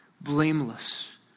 blameless